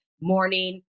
morning